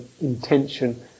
intention